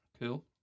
Cool